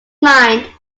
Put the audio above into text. mind